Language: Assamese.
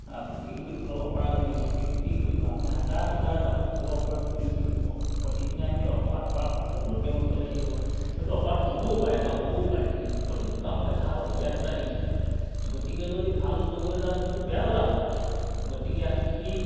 কুটি কুটি ঘূৰা অপৰাধনীতে আমি কুটি কুটি ঘূৰা আমি হাজাৰ হাজাৰ তাৰমানে ঘূৰৰ অপৰাধ কৰিলোঁ কিন্তু প্ৰতিদিনে আমি অপৰাধ কৰা পাছতো তেওঁৰ ওচৰলৈ আহিব হয়তো অপৰাধ নহ'বও পাৰে বা হ'বও পাৰে প্ৰতিটো কামতে ভাল আৰু বেয়া দুটা দিশ থাকে গতিকেলৈ ভালটো কৰিবলৈ যাওঁতে হয়তো বেয়াও এটা হ'ব পাৰে গতিকে আমি সেই